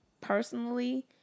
personally